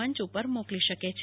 મંચ ઉપર મોકલી શકે છે